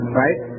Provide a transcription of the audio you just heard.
right